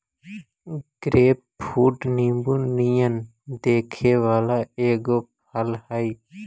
grapefruit नींबू नियन दिखे वला एगो फल हई